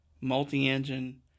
multi-engine